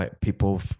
People